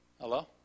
Hello